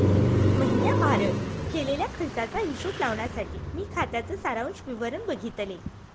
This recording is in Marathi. महीण्याभारत केलेल्या खर्चाचा हिशोब लावण्यासाठी मी खात्याच सारांश विवरण बघितले